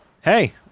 hey